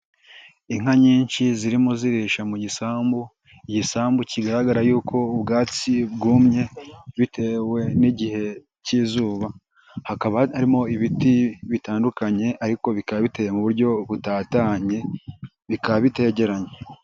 Inka nyinshi zirimo zirisha mu gisambu, igisambu kigaragara yuko ubwatsi bwumye bitewe n'igihe cy'izuba, hakaba harimo ibiti bitandukanye ariko bikaba biteye mu buryo butatanye, bikaba bitegeranye.